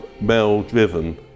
male-driven